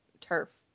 turf